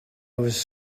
was